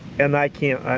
and i can't,